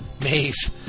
maze